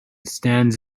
stands